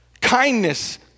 kindness